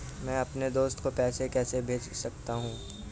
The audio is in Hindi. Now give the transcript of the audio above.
मैं अपने दोस्त को पैसे कैसे भेज सकता हूँ?